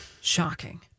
shocking